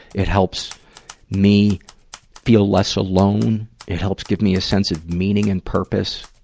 it helps me feel less alone. it helps give me a sense of meaning and purpose.